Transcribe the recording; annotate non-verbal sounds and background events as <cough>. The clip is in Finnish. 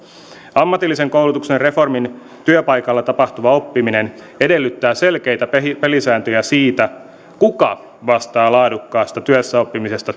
ammatillisen koulutuksen reformin työpaikalla tapahtuva oppiminen edellyttää selkeitä pelisääntöjä siitä kuka vastaa laadukkaasta työssäoppimisesta <unintelligible>